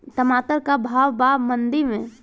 टमाटर का भाव बा मंडी मे?